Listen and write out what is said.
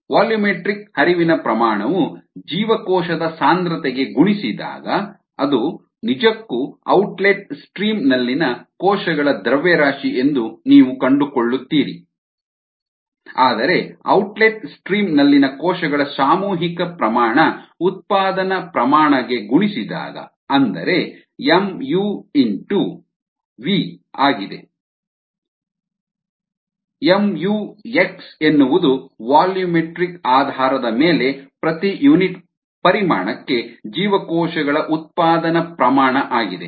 volumetric ಹರಿವಿನ ಪ್ರಮಾಣವು ಜೀವಕೋಶದ ಸಾಂದ್ರತೆ ಗೆ ಗುಣಿಸಿದಾಗ ಇದು ನಿಜಕ್ಕೂ ಔಟ್ಲೆಟ್ ಸ್ಟ್ರೀಮ್ ನಲ್ಲಿನ ಕೋಶಗಳ ದ್ರವ್ಯರಾಶಿ ಎಂದು ನೀವು ಕಂಡುಕೊಳ್ಳುತ್ತೀರಿ ಆದರೆ ಔಟ್ಲೆಟ್ ಸ್ಟ್ರೀಮ್ ನಲ್ಲಿನ ಕೋಶಗಳ ಸಾಮೂಹಿಕ ಪ್ರಮಾಣ ಉತ್ಪಾದನ ಪ್ರಮಾಣ ಗೆ ಗುಣಿಸಿದಾಗ ಅಂದರೆ ಅದು mu x ಇಂಟು V ಆಗಿದೆ mu x ಎನ್ನುವುದು ವಾಲ್ಯೂಮೆಟ್ರಿಕ್ ಆಧಾರದ ಮೇಲೆ ಪ್ರತಿ ಯೂನಿಟ್ ಪರಿಮಾಣಕ್ಕೆ ಜೀವಕೋಶಗಳ ಉತ್ಪಾದನ ಪ್ರಮಾಣ ಆಗಿದೆ